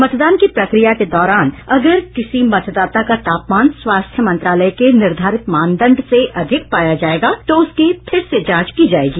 मतदान की प्रक्रिया के दौरान अगर किसी मतदाता का तापमान स्वास्थ्य मंत्रालय के निर्धारित मानदंड से अधिक पाया जायेगा तो उसकी फिर से जांच की जायेगी